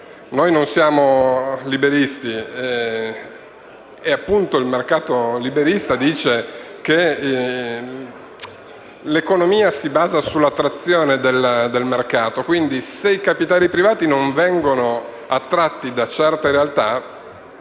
Noi non siamo liberisti e il mercato liberista dice che l'economia si basa sull'attrazione del mercato quindi se i capitali privati non vengono attratti da certe realtà,